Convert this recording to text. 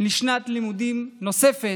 לשנת לימודים נוספת,